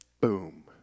boom